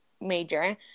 major